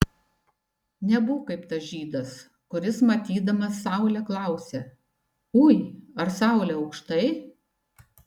nebūk kaip tas žydas kuris matydamas saulę klausia ui ar saulė aukštai